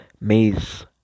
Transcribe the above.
maze